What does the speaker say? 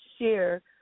share